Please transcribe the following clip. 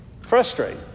frustrate